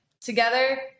together